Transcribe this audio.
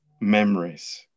memories